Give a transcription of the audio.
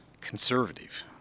conservative